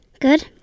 Good